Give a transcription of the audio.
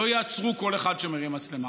לא יעצרו כל אחד שמרים מצלמה.